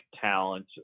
talent